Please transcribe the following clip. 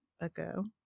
ago